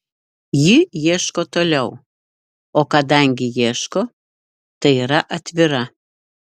ji ieško toliau o kadangi ieško tai yra atvira